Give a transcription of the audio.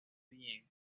bien